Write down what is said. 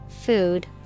food